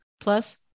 Plus